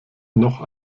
noch